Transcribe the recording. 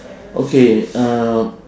okay uh